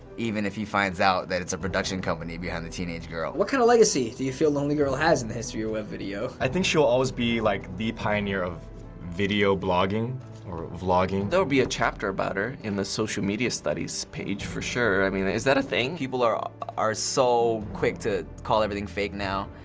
even if he finds out that it's a production company behind the teenage girl. what kind of legacy do you feel lonelygirl has in the history of web video? i think she will always be like the pioneer of video blogging or vlogging. there will be a chapter about her in the social media studies page, for sure. i mean, is that a thing? people are ah are so quick to call everything fake now.